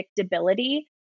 predictability